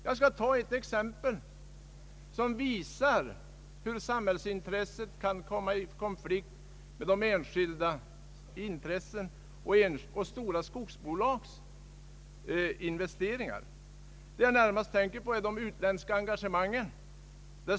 Jag skall ta ett exempel som visar hur samhällsintresset kan komma i konflikt med stora skogsbolags investeringar. Vad jag närmast tänker på är de utländska engagemangen.